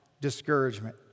discouragement